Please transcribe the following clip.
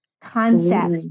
concept